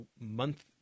month